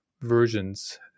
versions